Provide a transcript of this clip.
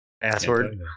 Password